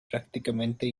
prácticamente